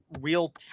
real